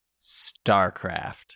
Starcraft